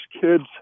kids